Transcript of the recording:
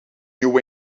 new